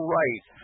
right